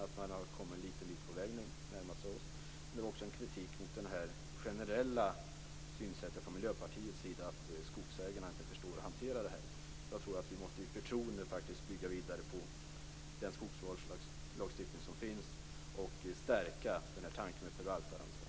Men man har ändå nu kommit en liten bit på väg och närmat sig oss. Det var också kritik mot Miljöpartiets generella syn på att skogsägarna inte förstår att hantera det här. Jag tror att vi i förtroende faktiskt måste bygga vidare på den skogsvårdslagstiftning som finns och stärka tanken på förvaltaransvar.